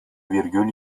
virgül